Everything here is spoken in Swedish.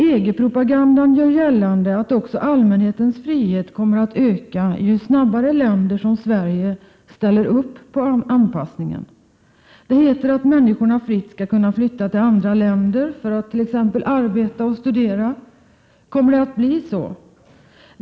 EG-propagandan gör gällande att också allmänhetens frihet kommer att öka ju snabbare länder som Sverige ställer upp på anpassningen. Det heter att människorna fritt skall kunna flytta till andra länder för att t.ex. arbeta och studera. Kommer det att bli så?